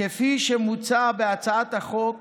כפי שמוצע בהצעת החוק